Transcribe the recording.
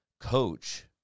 coach